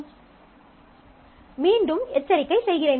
பார்க்கவும் ஸ்லைடு நேரம் 3131 மீண்டும் எச்சரிக்கை செய்கிறேன்